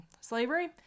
slavery